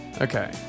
Okay